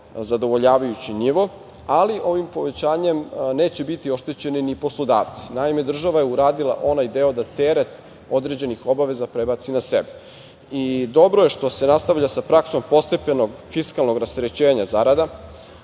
zadovoljavajući nivo, ali ovim povećanjem neće biti oštećeni ni poslodavci. Naime, država je uradila onaj deo da teret određenih obaveza prebaci na sebe. Dobro je što se nastavlja sa praksom postepenog fiskalnog rasterećenja zarada.